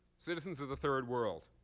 citizens of the third world,